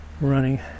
running